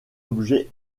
objet